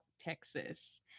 Texas